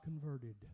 converted